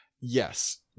Yes